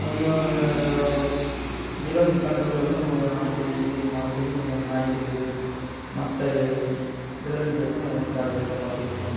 கொஞ்சம் எ இளம்கன்றுகளை வந்து நம்ம ஆட்டுக் குட்டியும் சரி மாடும் சரி கொஞ்சம் நாய்கிட்டேருந்து மற்ற விலங்குகள்கிட்ட இருந்து நம்ம கொஞ்சம் ஜாக்கிரதையாக தான் பார்த்துக்கணும்